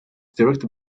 directed